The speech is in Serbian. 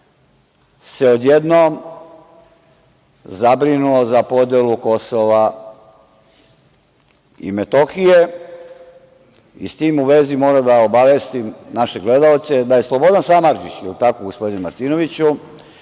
se odjednom zabrinuo za podelu Kosova i Metohije i s tim u vezi moram da obavestim naše gledaoce da je Slobodan Samardžić, jel tako gospodine Martinoviću,